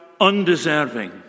undeserving